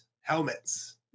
helmets